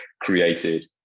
created